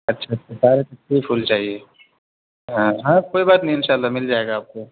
اچھا ڈائریکٹ پھول پھول چاہیے ہاں کوئی بات نہیں ان شاء اللہ مل جائے گا آپ کو